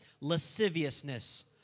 lasciviousness